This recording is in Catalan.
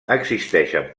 existeixen